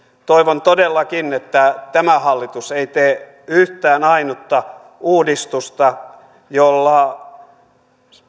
toivon todellakin että tämä hallitus ei tee yhtään ainutta uudistusta jolla